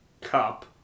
Cup